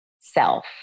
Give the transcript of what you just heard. self